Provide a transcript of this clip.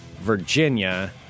Virginia